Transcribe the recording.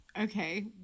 Okay